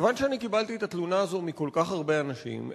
כיוון שאני קיבלתי את התלונה הזאת מכל כך הרבה אנשים,